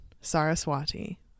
Saraswati